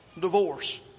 divorce